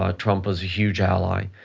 ah trump was a huge ally.